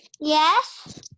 Yes